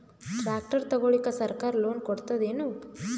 Tractor ತಗೊಳಿಕ ಸರ್ಕಾರ loan ಕೊಡತದೇನು?